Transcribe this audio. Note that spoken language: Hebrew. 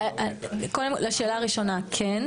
לשאלה הראשונה, כן.